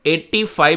85